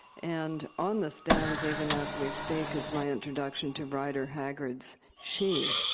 and on the stands, even as we speak, is my introduction to rider haggard's she.